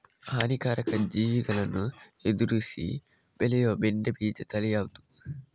ಹಾನಿಕಾರಕ ಜೀವಿಗಳನ್ನು ಎದುರಿಸಿ ಬೆಳೆಯುವ ಬೆಂಡೆ ಬೀಜ ತಳಿ ಯಾವ್ದು?